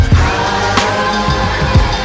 high